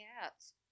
cats